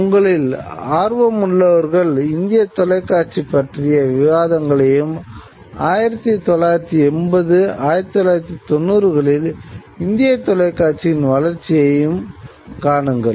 உங்களில் ஆர்வமுள்ளவர்கள் இந்திய தொலைக்காட்சிப் பற்றிய விவாதங்களையும் 1980 1990 களில் இந்திய தொலைக்காட்சியின் வளர்ச்சியைக் காணுங்கள்